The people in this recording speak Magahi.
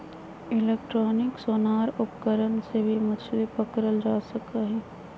इलेक्ट्रॉनिक सोनार उपकरण से भी मछली पकड़ल जा सका हई